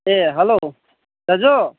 ए hello दाजु